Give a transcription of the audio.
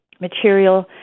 material